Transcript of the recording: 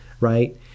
right